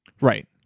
Right